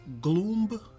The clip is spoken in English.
gloom